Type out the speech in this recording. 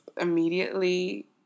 immediately